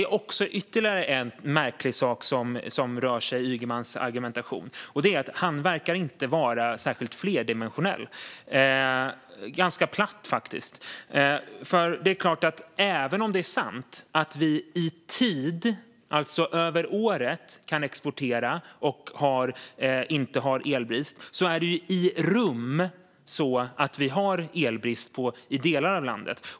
Det är också ytterligare en märklig sak som rör sig i Ygemans argumentation, och det är att han inte verkar vara särskilt flerdimensionell utan faktiskt ganska platt. Det är klart att även om det är sant att vi i tid , alltså över året, kan exportera och inte har elbrist är det i rum så att vi har elbrist i delar av landet.